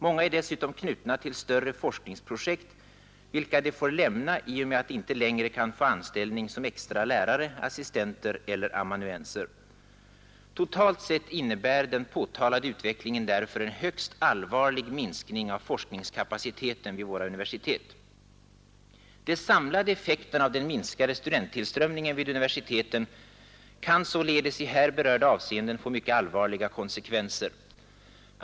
Många är dessutom knutna till större forskningsprojekt, vilka de får lämna i och med att de inte längre kan få anställning som extra lärare, assistenter eller amanuenser. Totalt sett innebär den ——— påtalade utvecklingen därför en högst allvarlig minskning av forskningskapaciteten vid våra universitet. De samlade effekterna av den minskade studenttillströmningen vid universiteten kan således i här berörda avseenden få mycket allvarliga konsekvenser.